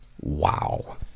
Wow